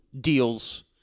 deals